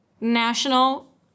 national